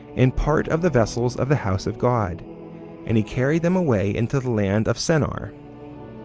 and part of the vessels of the house of god and he carried them away into the land of sennaar,